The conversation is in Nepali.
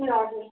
ए हजुर